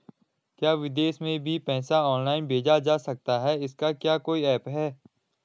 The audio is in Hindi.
क्या विदेश में भी पैसा ऑनलाइन भेजा जा सकता है इसका क्या कोई ऐप है?